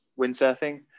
windsurfing